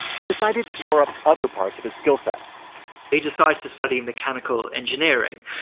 he decided to shore up other parts of his skillset he decided to study mechanical engineering,